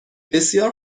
بسیار